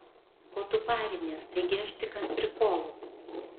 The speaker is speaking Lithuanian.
ko tu parinies taigi aš tik ant prikolo